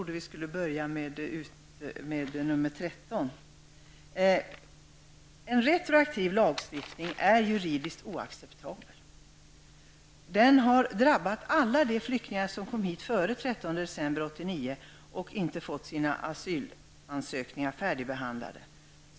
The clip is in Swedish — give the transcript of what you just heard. En retroaktiv lagstiftning är juridiskt oacceptabel. Den har drabbat alla de flyktingar som kom hit före den 13 december 1989 och inte fått sina asylansökningar färdigbehandlade.